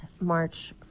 March